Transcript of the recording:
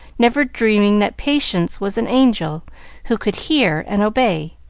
never dreaming that patience was an angel who could hear and obey.